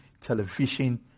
television